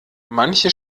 manche